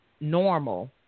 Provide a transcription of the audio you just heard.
normal